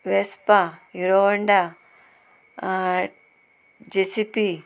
Vespa Hero Honda JCB